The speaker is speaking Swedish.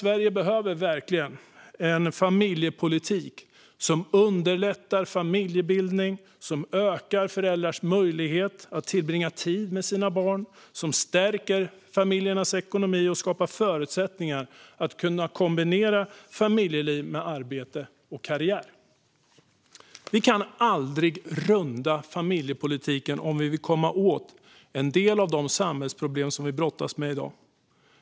Sverige behöver verkligen en familjepolitik som underlättar familjebildning, som ökar föräldrars möjlighet att tillbringa tid med sina barn, som stärker familjernas ekonomi och som skapar förutsättningar att kombinera familjeliv med arbete och karriär. Vi kan aldrig runda familjepolitiken om vi vill komma åt en del av de samhällsproblem som vi brottas med i dag.